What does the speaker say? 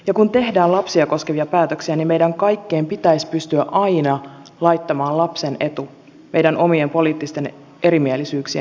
ja kun tehdään lapsia koskevia päätöksiä niin meidän kaikkien pitäisi pystyä aina laittamaan lapsen etu meidän omien poliittisten erimielisyyksiemme edelle